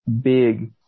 big